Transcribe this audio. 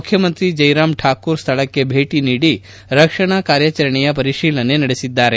ಮುಖ್ಯಮಂತ್ರಿ ಜಯರಾಮ್ ಠಾಕೂರ್ ಸ್ಥಳಕ್ಕೆ ಭೇಟಿ ನೀಡಿ ರಕ್ಷಣಾ ಕಾರ್ಯಾಚರಣೆಯ ಪರಿಶೀಲನೆ ನಡೆಸಿದರು